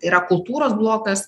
yra kultūros blokas